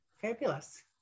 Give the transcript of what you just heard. fabulous